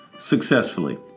successfully